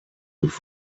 nicht